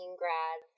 grad